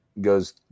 goes